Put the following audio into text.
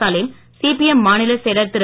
Salim CPM மாநிலச் செயலர் திரு